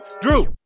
Drew